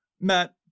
Matt